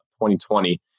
2020